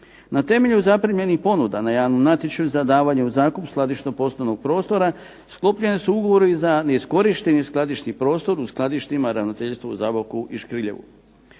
Na temelju zaprimljenih ponuda na javnom natječaju za davanje u zakup skladišno-poslovnog prostora sklopljeni su ugovori za neiskorišteni skladišni prostor u skladištima ravnateljstva u Zaboku i Škrljevu.